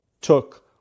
took